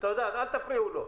אל תפריעו לו.